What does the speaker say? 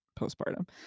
postpartum